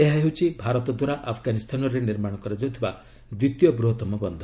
ଏହା ହେଉଛି ଭାରତ ଦ୍ୱାରା ଆଫ୍ଗାନିସ୍ତାନରେ ନିର୍ମାଣ କରାଯାଉଥିବା ଦ୍ୱିତୀୟ ବୃହତମ ବନ୍ଧ